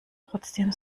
trotzdem